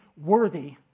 worthy